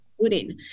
Putin